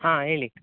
ಹಾಂ ಹೇಳಿ